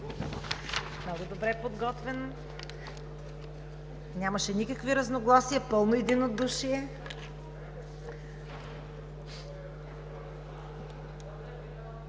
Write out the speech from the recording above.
много добре подготвен, нямаше никакви разногласия, пълно единодушие.